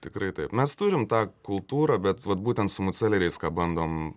tikrai taip mes turim tą kultūrą bet vat būtent su mūdseleriais ką bandom